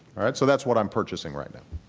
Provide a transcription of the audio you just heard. all right, so that's what i'm purchasing right now.